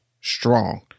strong